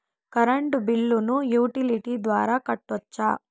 Current బిల్లును utility ద్వారా కట్టొచ్చా?